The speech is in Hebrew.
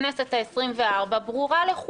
שבבחירות לכנסת העשרים-וארבע אין להם שום מחויבות,